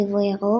צבעו ירוק,